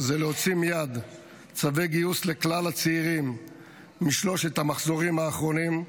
זה להוציא מייד צווי גיוס לכלל הצעירים משלושת המחזורים האחרונים,